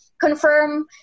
confirm